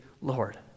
Lord